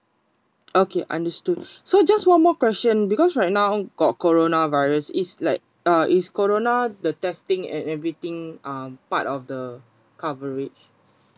okay understood so just one more question because right now got corona virus is like uh is corolla the testing and everything are part of the coverage